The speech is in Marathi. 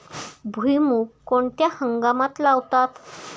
भुईमूग कोणत्या हंगामात लावतात?